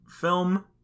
film